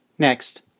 Next